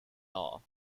all